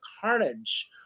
carnage